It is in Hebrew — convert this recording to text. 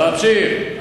להמשיך.